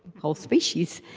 whole species.